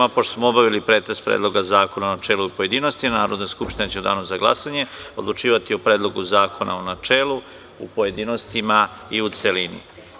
Pošto smo obavili pretres Predloga zakona u načelu i u pojedinostima, Narodna skupština će u danu za glasanje odlučivati o Predlogu zakona u načelu, pojedinostima i u celini.